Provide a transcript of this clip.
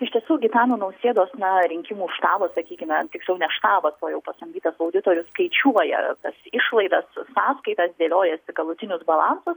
iš tiesų gitano nausėdos na rinkimų štabas sakykime tiksliau ne štabas o jau pasamdytas auditorius skaičiuoja tas išlaidas sąskaitas dėliojasi galutinius balansus